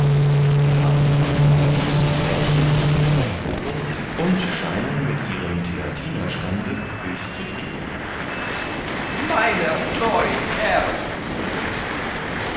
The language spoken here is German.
sie haben ein allerliebstes mädchen zu ihrer erholung und scheinen mit ihrem theatinerstande höchst zufrieden meiner treu herr versetzte fra